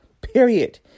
period